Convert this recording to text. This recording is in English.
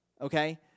okay